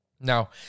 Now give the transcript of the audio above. Now